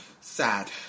sad